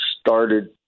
started